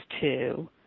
two